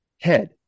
Head